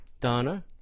Donna